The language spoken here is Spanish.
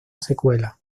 secuela